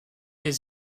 les